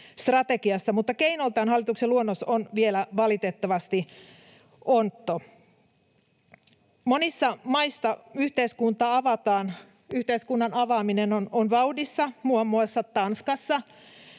mutta keinoiltaan hallituksen luonnos on valitettavasti vielä ontto. Monissa maissa yhteiskunnan avaaminen on vauhdissa. Muun muassa Tanskassa